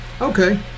Okay